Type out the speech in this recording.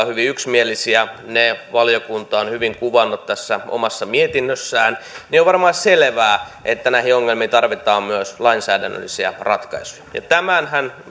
hyvin yksimielisiä ne valiokunta on hyvin kuvannut tässä omassa mietinnössään niin on varmaan selvää että näihin ongelmiin tarvitaan myös lainsäädännöllisiä ratkaisuja ja tämänhän